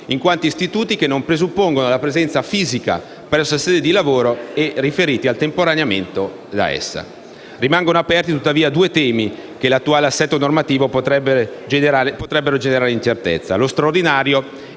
in quanto non si presuppone la presenza fisica presso la sede di lavoro, e riferite al temporaneo allontanamento da essa. Rimangono aperti, tuttavia, due temi che nell’attuale assetto normativo potrebbero generare incertezza: